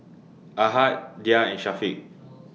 Ahad Dhia and Syafiq